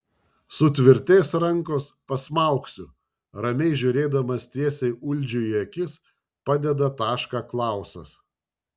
sutvirtės rankos pasmaugsiu ramiai žiūrėdamas tiesiai uldžiui į akis padeda tašką klausas